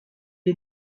est